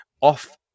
off